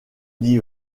dit